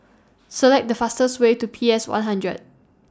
Select The fastest Way to P S one hundred